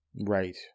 right